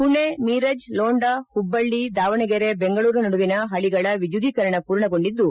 ಮಣೆ ಮೀರಜ್ ಲೋಂಡಾ ಹುಬ್ಬಳ್ಳಿ ದಾವಣಗೆರೆ ಬೆಂಗಳೂರು ನಡುವಿನ ಪಳಿಗಳ ವಿದ್ಯುದೀಕರಣ ಪೂರ್ಣಗೊಂಡಿದ್ದು